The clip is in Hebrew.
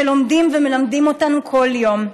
שלומדים ומלמדים אותנו כל יום.